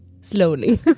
slowly